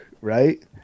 right